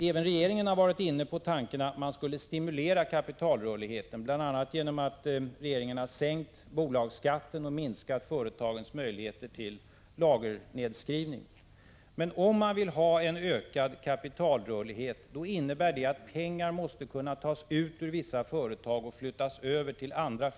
Även regeringen har varit inne på tanken att man skulle stimulera kapitalrörligheten — bl.a. har bolagsskatten sänkts och företagens möjligheter till lagernedskrivning minskats. Men en förutsättning för ökad kapitalrörlighet är att pengar kan tas ut ur vissa företag och flyttas över till andra.